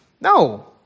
No